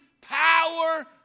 power